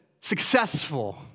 successful